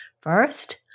First